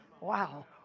Wow